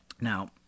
Now